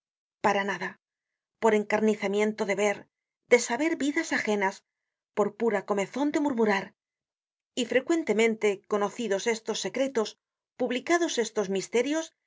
para nada por encarnizamiento de ver de saber vidas ajenas por pura comezon de murmurar y frecuentemente conocidos estos secretos publicados estos misterios